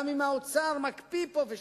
גם אם האוצר מקפיא פה ושם.